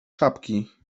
czapki